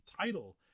title